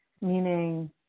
meaning